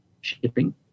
shipping